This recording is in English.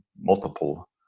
multiple